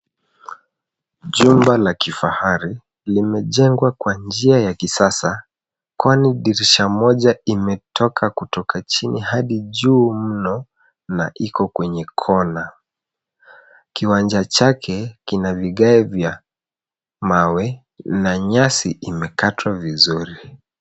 Jumba la kifahari limejengwa kwa njia ya kisasa kwani dirisha moja imetoka kutoka chini hadi juu mno na Iko kwenye kona. Kiwanja chake kina vigae vya mawe na nyasi imekatwa vizuri.